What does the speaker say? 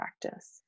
practice